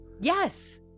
Yes